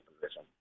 position